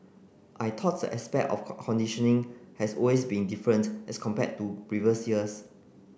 I thought the aspect of conditioning has always been different as compared to previous years